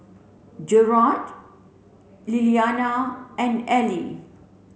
Gearld Lilianna and Eli